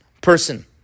person